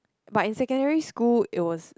but in secondary school it was